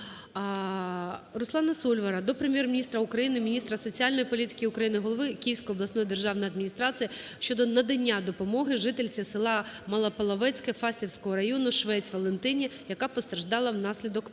РусланаСольвара до Прем'єр-міністра України, міністра соціальної політики України, голови Київської обласної державної адміністрації щодо надання допомоги жительці села Малополовецьке Фастівського району Швець Валентині Павлівні, яка постраждала внаслідок пожежі.